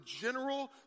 general